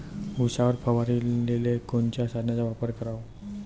उसावर फवारनीले कोनच्या साधनाचा वापर कराव?